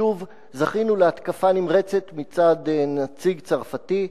שוב זכינו להתקפה נמרצת מצד נציג צרפתי,